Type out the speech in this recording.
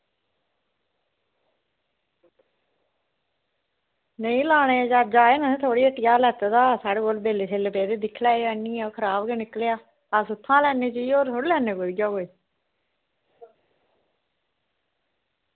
नेईं लानै दे चज्ज न थुआढ़ी हट्टिया गै लैते दा हा मेरे कोल बिल दिक्खेओ पेदे ओह् खराब गै निकलेआ अस इत्थां लैने चीज़ होर कुदैआ थोह्ड़े ना लैने